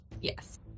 yes